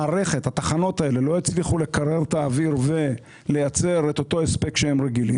התחנות לא הצליחו לקרר את האוויר ולייצר את אותו הספק שהן רגילות,